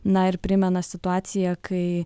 na ir primena situaciją kai